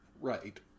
Right